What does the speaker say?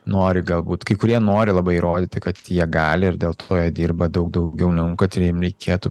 nori galbūt kai kurie nori labai įrodyti kad jie gali ir dėl to jie dirba daug daugiau negu kad jiem reikėtų